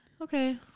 Okay